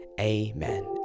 Amen